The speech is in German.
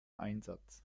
einsatz